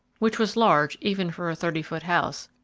which was large even for a thirty foot house,